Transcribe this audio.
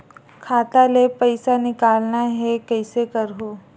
खाता ले पईसा निकालना हे, कइसे करहूं?